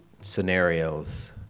scenarios